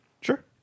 sure